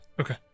Okay